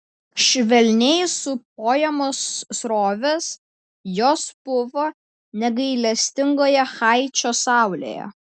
švelniai sūpuojamos srovės jos pūva negailestingoje haičio saulėje